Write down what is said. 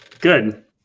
good